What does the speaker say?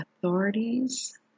authorities